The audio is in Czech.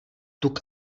tuk